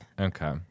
Okay